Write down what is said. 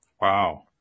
Wow